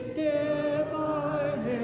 divine